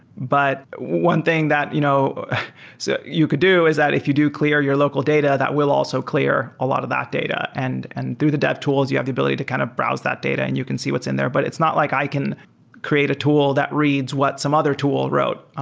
but one thing that you know so you could do is that if you do clear your local data that will also clear a lot of that data. and and through the dev tools, you have the ability to kind of browse that data and you can see what's in there. but it's not like i can create a tool that reads what some other tool wrote,